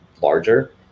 larger